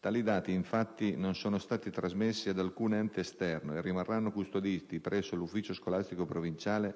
Tali dati, infatti, non sono stati trasmessi ad alcun ente esterno e rimarranno custoditi presso l'Ufficio scolastico provinciale,